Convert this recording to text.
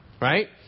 right